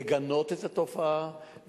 לגנות את התופעה,